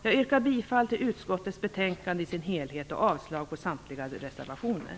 Jag yrkar bifall till utskottets hemställan i sin helhet och avslag på samtliga reservationer.